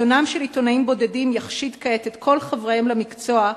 רצונם של עיתונאים בודדים יחשיד כעת את כל חבריהם למקצוע,